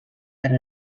per